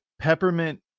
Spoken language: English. peppermint